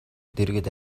дэргэд